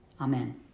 Amen